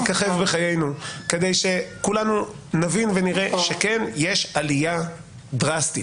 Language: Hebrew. כדי שכולנו נראה ונבין שכן יש עלייה דרסטית,